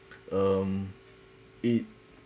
um it